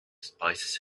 spices